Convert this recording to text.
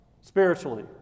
Spiritually